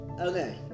okay